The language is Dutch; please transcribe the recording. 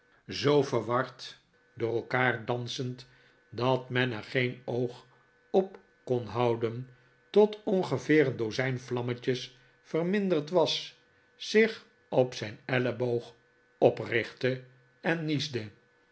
zoo verward door elkaar dansend dat men er geen oog op kon houden tot ongeveer een dozijn vlammetjes verminderd was zich op zijn elleboog oprichtte en niesde